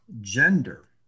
gender